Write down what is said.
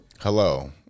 Hello